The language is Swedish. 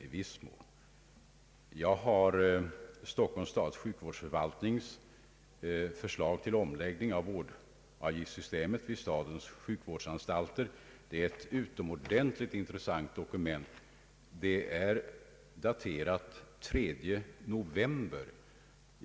Jag har i min hand Stockholms stads sjukvårdsförvaltnings förslag till omläggning av vårdavgiftssystemet vid stadens sjukvårdsanstalter. Det är ett intressant dokument daterat den 3 november i år.